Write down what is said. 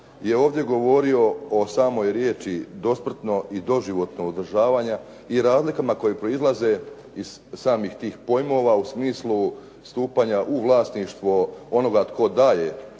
je ovdje govorio o samoj riječi dosmrtno i doživotnog održavanja i razlikama koje proizlaze iz samih tih pojmova u smislu stupanja u vlasništvo onoga tko daje,